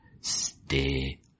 stay